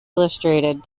illustrated